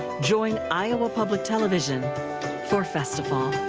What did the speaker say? join iowa public television for festifall.